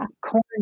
corn